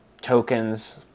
tokens